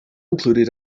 included